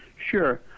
Sure